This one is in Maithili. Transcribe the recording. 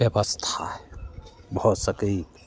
व्यवस्था भऽ सकैत